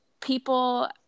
people